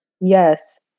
Yes